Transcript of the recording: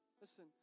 listen